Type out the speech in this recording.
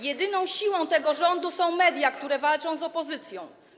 Jedyną siłą tego rządu są media, które walczą z opozycją.